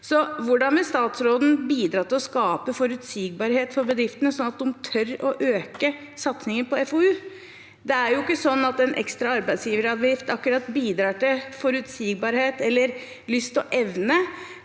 hvordan vil statsråden bidra til å skape forutsigbarhet for bedriftene slik at de tør å øke satsingen på FoU? Det er jo ikke sånn at en ekstra arbeidsgiveravgift akkurat bidrar til forutsigbarhet eller lyst og evne